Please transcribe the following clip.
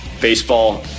Baseball